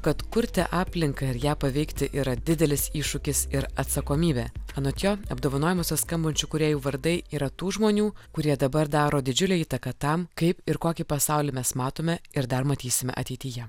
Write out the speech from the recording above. kad kurti aplinką ir ją paveikti yra didelis iššūkis ir atsakomybė anot jo apdovanojimuose skambančių kūrėjų vardai yra tų žmonių kurie dabar daro didžiulę įtaką tam kaip ir kokį pasaulį mes matome ir dar matysime ateityje